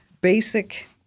basic